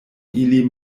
ili